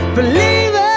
Believer